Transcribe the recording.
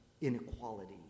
inequality